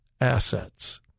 assets